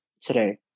today